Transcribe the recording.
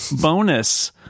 bonus